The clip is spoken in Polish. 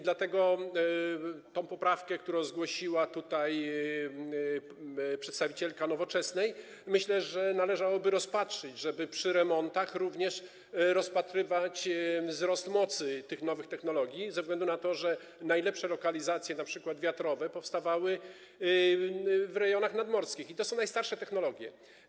Dlatego tę poprawkę, którą zgłosiła tutaj przedstawicielka Nowoczesnej, myślę, należałoby rozpatrzyć, żeby przy remontach również rozpatrywać wzrost mocy tych nowych technologii ze względu na to, że najlepsze lokalizacje np. wiatrowe powstawały w rejonach nadmorskich i to są najstarsze technologie.